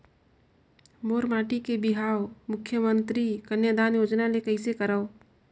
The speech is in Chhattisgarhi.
मोर बेटी के बिहाव मुख्यमंतरी कन्यादान योजना ले कइसे करव?